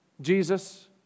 Jesus